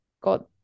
got